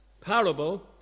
parable